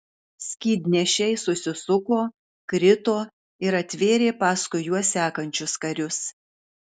skydnešiai susisuko krito ir atvėrė paskui juos sekančius karius